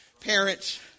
Parents